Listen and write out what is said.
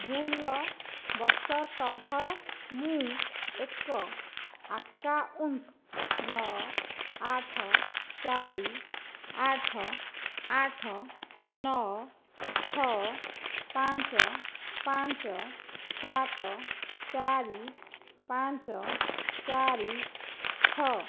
ଭୁଲ୍ ବଶତଃ ମୁଁ ଏକ ଆକାଉଣ୍ଟ୍ ନଅ ଆଠ ଚାରି ଆଠ ଆଠ ନଅ ଛଅ ପାଞ୍ଚ ପାଞ୍ଚ ସାତ ଚାରି ପାଞ୍ଚ ଚାରି ଛଅ